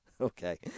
okay